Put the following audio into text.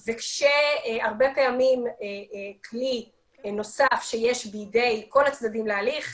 הרבה פעמים כלי נוסף שיש בידי כל הצדדים להליך,